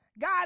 God